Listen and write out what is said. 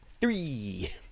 three